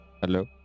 Hello